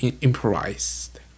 improvised